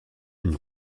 une